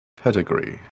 pedigree